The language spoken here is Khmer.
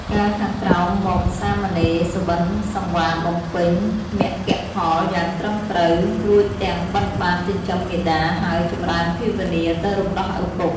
កាលខាងក្រោយមកសាមណេរសុបិនសង្វាតបំពេញមគ្គផលយ៉ាងត្រឹមត្រូវ រួមទាំងបិណ្ឌបាតចិញ្ចឹមមាតា ហើយចម្រើនភាវនាទៅរំដោះឪពុក ។